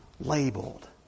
labeled